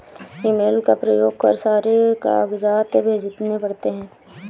email का प्रयोग कर सारे कागजात भेजने पड़ते हैं